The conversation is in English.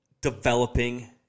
developing